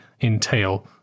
entail